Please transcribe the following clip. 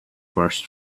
burst